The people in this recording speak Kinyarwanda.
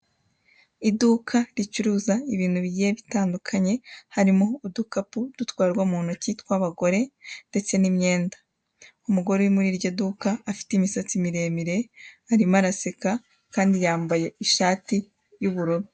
Iduka ricuriza ibintu bigiye bitandukanye harimo udukapu dutwandwa mu ntoki twa abagore ndetse n'imyenda. Umugore uri muri iryo duka afite imisatsi miremire arimo araseka kandi yambaye ishati y'ubururu.